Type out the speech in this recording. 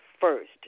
first